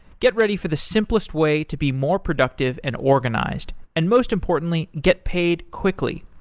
get ready for the simplest way to be more productive and organized. and most importantly, get paid quickly.